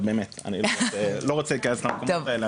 אבל אני לא רוצה להיכנס למקומות האלה,